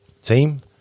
Team